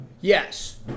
Yes